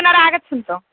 पुनरागच्छन्तु